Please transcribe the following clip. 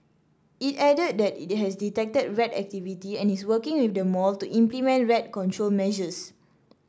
it added that it has detected rat activity and is working with the mall to implement rat control measures